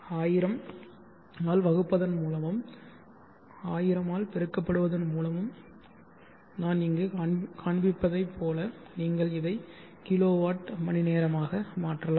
1000 ஆல் வகுப்பதன் மூலமும் 1000 ஆல் பெருக்கப்படுவதன் மூலமும் நான் இங்கு காண்பித்ததைப் போல நீங்கள் இதை கிலோ வாட் மணி நேரமாக மாற்றலாம்